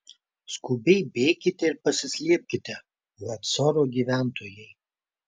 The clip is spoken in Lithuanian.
skubiai bėkite ir pasislėpkite hacoro gyventojai